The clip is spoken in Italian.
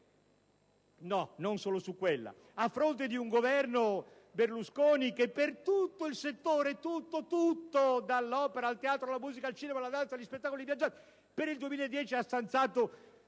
di minoranza*. Questo, a fronte di un Governo Berlusconi che per tutto il settore, (tutto: dall'opera, al teatro, alla musica, al cinema, alla danza agli spettacoli viaggianti) per il 2010 ha stanziato